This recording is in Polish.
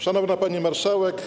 Szanowna Pani Marszałek!